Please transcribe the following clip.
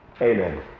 Amen